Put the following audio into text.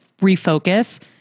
refocus